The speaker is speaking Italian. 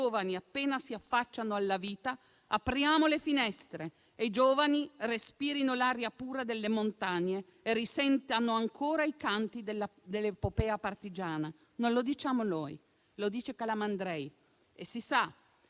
appena si affacciano alla vita, apriamo le finestre e i giovani respirino l'aria pura delle montagne e risentano ancora i canti dell'epopea partigiana». Non lo diciamo noi: lo dice Calamandrei. Si sa